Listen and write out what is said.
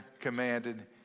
commanded